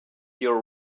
your